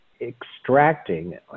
extracting